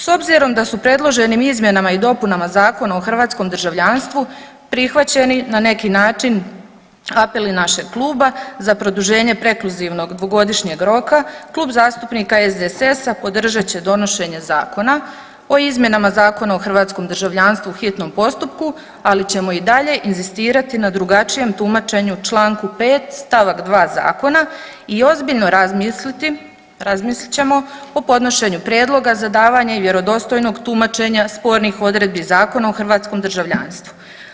S obzirom da su predloženim izmjenama i dopunama Zakona o hrvatskom državljanstvu prihvaćeni na neki način apeli našeg kluba za produženje prekluzivnog dvogodišnjeg roka Klub zastupnika SDSS-a podržat će donošenje Zakona o izmjenama Zakona o hrvatskom državljanstvu u hitnom postupku, ali ćemo i dalje inzistirati na drugačijem tumačenju čl. 5. st. 2. zakona i ozbiljno razmisliti, razmislit ćemo o podnošenju prijedloga za davanje vjerodostojnog tumačenja spornih odredbi Zakona o hrvatskom državljanstvu.